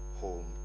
home